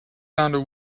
sounded